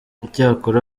icyakora